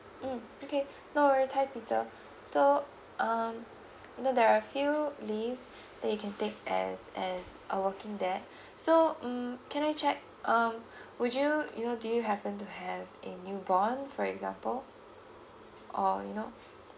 mm okay no worries hi peter so um the there're a few leaves that you can take as as a working dad so mm can I check um would you you know do you happen to have a new born for example or you know